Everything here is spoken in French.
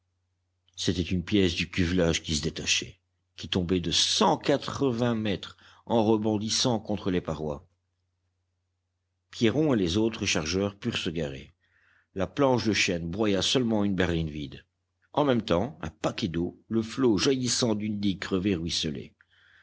c'était une pièce du cuvelage qui se détachait qui tombait de cent quatre-vingts mètres en rebondissant contre les parois pierron et les autres chargeurs purent se garer la planche de chêne broya seulement une berline vide en même temps un paquet d'eau le flot jaillissant d'une